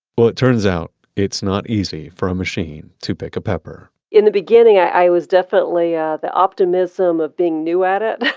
well, it turns out, it's not easy for a machine to pick a pepper in the beginning, i was definitely, ah, the optimism of being new at it.